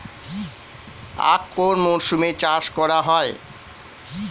আখ কোন মরশুমে চাষ করা হয়?